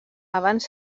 abans